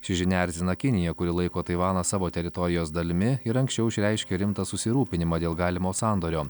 ši žinia erzina kiniją kuri laiko taivaną savo teritorijos dalimi ir anksčiau išreiškė rimtą susirūpinimą dėl galimo sandorio